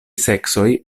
seksoj